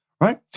right